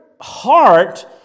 heart